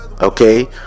Okay